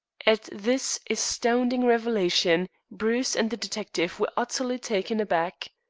at this astounding revelation bruce and the detective were utterly taken aback.